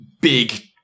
big